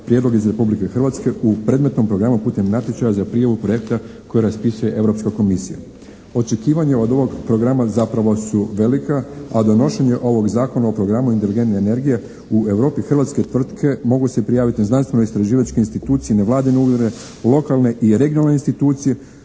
prijedlog iz Republike Hrvatske u predmetnom programu putem natječaja za prijavu projekta koji raspisuje Europska komisija. Očekivanje od ovog programa zapravo su velika, a donošenje ovog Zakona o programu inteligentne energije u Europi, hrvatske tvrtke mogu se prijaviti na znanstvenoistraživačke institucije, nevladine urede, lokalne i regionalne institucije,